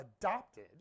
adopted